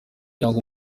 cyangwa